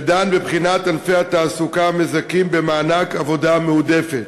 שדן בבחינת ענפי התעסוקה המזכים במענק עבודה מועדפת.